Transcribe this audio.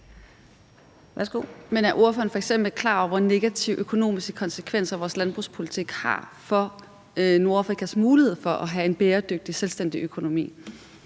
er ordføreren f.eks. klar over, hvilke negative økonomiske konsekvenser vores landbrugspolitik har for Nordafrikas muligheder for at have en bæredygtig, selvstændig økonomi?